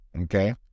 Okay